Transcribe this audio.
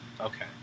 Okay